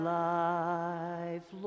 life